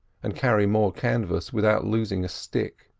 and carry more canvas without losing a stick.